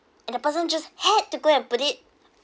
and the person just had to go and put it